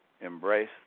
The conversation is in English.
embrace